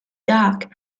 dog